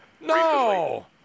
No